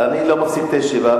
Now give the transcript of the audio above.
אני לא מפסיק את הישיבה.